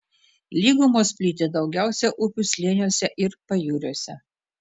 lygumos plyti daugiausiai upių slėniuose ir pajūriuose